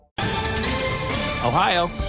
Ohio